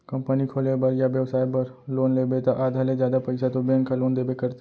company खोले बर या बेपसाय बर लोन लेबे त आधा ले जादा पइसा तो बेंक ह लोन देबे करथे